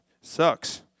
sucks